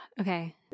Okay